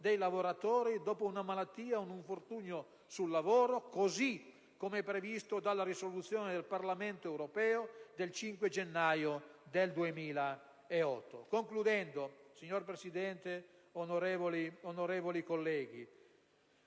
dei lavoratori dopo una malattia o un infortunio sul lavoro, così come previsto dalla risoluzione del Parlamento europeo del 5 gennaio 2008. Signor Presidente, onorevoli colleghi,